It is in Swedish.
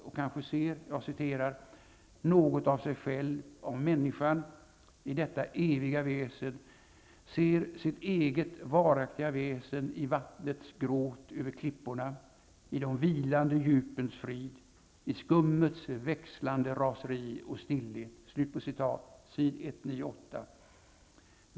''Scott ser kanske något av sig själv -- av människan -- i detta eviga väsen, ser sitt eget varaktiga väsen i vattnets gråt över klipporna, i de vilande djupens frid, i skummets växlande raseri och stillhet.'' Det där står att läsa på sid. 198.